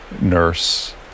nurse